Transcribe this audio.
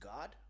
God